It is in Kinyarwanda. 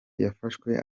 yafashwe